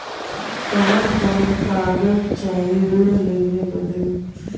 कवन कवन कागज चाही ऋण लेवे बदे?